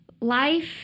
life